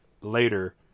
later